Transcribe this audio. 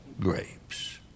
grapes